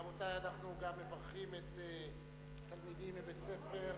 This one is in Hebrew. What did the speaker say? רבותי, אנחנו גם מברכים את התלמידים מבית-הספר